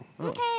Okay